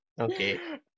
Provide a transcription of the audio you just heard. Okay